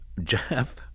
Jeff